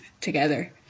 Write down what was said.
together